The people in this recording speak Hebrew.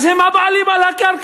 אז הם הבעלים של הקרקע.